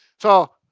so,